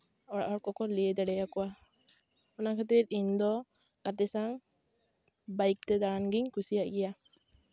ᱚᱲᱟᱜ ᱦᱚᱲ ᱠᱚᱠᱚ ᱞᱟᱹᱭ ᱫᱟᱲᱮᱭᱟ ᱠᱚᱣᱟ ᱚᱱᱟ ᱠᱷᱟᱹᱛᱤᱨ ᱤᱧ ᱫᱚ ᱜᱟᱛᱮ ᱥᱟᱶ ᱵᱟᱭᱤᱠ ᱛᱮ ᱫᱟᱬᱟᱱ ᱜᱤᱧ ᱠᱩᱥᱤᱭᱟᱜ ᱜᱮᱭᱟ